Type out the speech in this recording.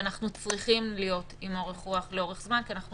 ואנחנו צריכים להיות עם אורך רוח לאורך זמן כי אנחנו